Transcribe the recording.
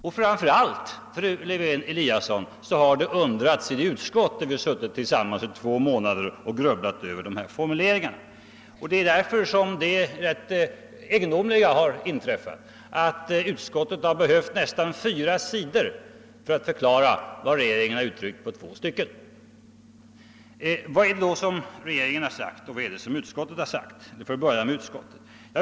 Och dessutom, fru Lewén-Eliasson, har det undrats i det utskott där vi suttit tillsammans under två månader och grubblat över de här formuleringarna. Därför har det egendomliga inträffat att utskottet behövt nästan fyra sidor för att förklara vad regeringen uttryckte i två korta stycken. Vad har då å ena sidan regeringen och å den andra utskottet yttrat? Jag börjar med utskottet.